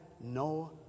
no